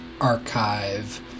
archive